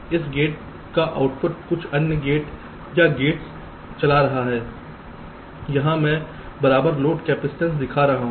इस गेट का आउटपुट कुछ अन्य गेट या गेट्स चला रहा है यहाँ मैं बराबर लोड कैपिइसटेंस दिखा रहा हूँ